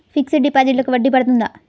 Fixed డిపాజిట్లకు వడ్డీ పడుతుందా?